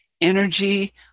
energy